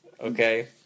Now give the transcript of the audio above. Okay